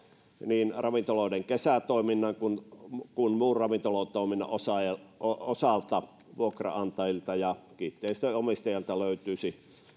niin ravintoloiden kesätoiminnan kuin muun ravintolatoiminnan osalta osalta vuokranantajilta ja kiinteistönomistajilta löytyisi